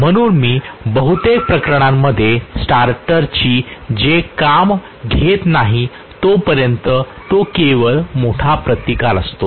म्हणून मी बहुतेक प्रकरणांमध्ये स्टार्टरची चे काम घेत नाही तोपर्यंत तो केवळ मोठा प्रतिकार असतो